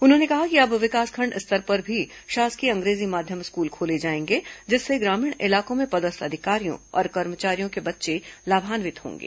उन्होंने कहा कि अब विकासखंड स्तर पर भी शासकीय अंग्रेजी माध्यम स्कूल खोले जाएंगे जिससे ग्रामीण इलाकों में पदस्थ अधिकारियों और कर्मचारियों के बच्चे लाभान्वित होंगे